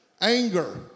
anger